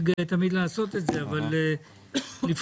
אבל בוא,